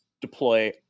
deploy